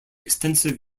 extensive